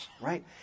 right